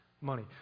money